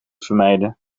vermijden